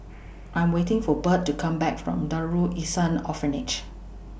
I'm waiting For Budd to Come Back from Darul Ihsan Orphanage